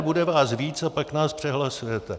Bude vás víc a pak nás přehlasujete.